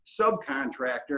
subcontractor